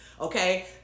okay